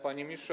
Panie Ministrze!